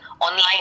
online